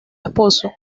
esposo